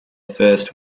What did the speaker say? first